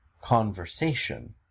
conversation